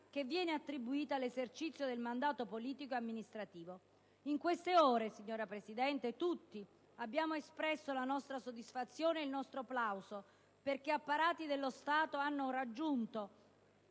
che viene attribuita all'esercizio del mandato politico ed amministrativo. In queste ore, signora Presidente, abbiamo espresso tutti la nostra soddisfazione e il nostro plauso perché apparati dello Stato hanno raggiunto